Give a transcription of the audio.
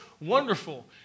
wonderful